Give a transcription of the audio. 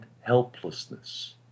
helplessness